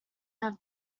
have